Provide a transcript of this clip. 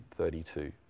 32